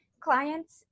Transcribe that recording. clients